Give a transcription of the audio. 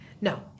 No